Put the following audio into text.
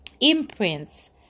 imprints